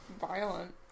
violent